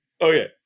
Okay